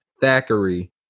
Thackeray